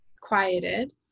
quieted